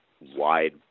wide